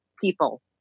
people